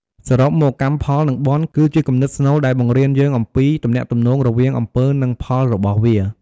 សរុបមក កម្មផល និង បុណ្យ គឺជាគំនិតស្នូលដែលបង្រៀនយើងអំពី ទំនាក់ទំនងរវាងអំពើ និងផលរបស់វា។